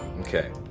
Okay